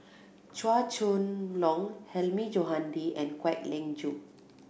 Chua Chong Long Hilmi Johandi and Kwek Leng Joo